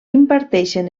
imparteixen